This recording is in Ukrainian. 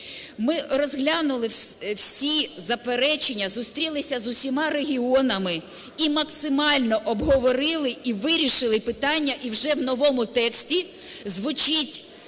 Ми розглянули всі заперечення, зустрілися з усіма регіонами і максимально обговорили і вирішили питання, і вже в новому тексті звучить…